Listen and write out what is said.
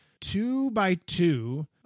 two-by-two